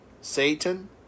Satan